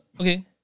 Okay